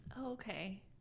Okay